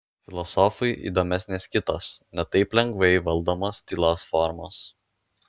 filosofui įdomesnės kitos ne taip lengvai valdomos tylos formos